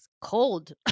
cold